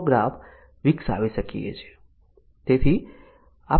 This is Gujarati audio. તે એટોમિક કન્ડિશન ઓની સંખ્યામાં લીનીયર હશે